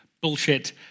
bullshit